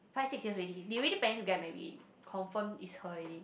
five six years already they already plan to get married confirm is her already